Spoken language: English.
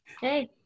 Hey